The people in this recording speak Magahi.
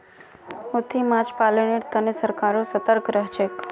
मोती माछ पालनेर तने सरकारो सतर्क रहछेक